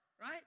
Right